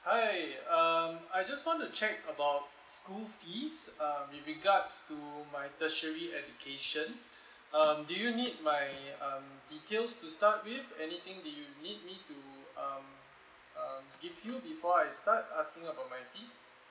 hi um I just want to check about school fees um with regards to my tertiary education um do you need my um details to start with anything that you need me to um uh give you before I start asking about my fees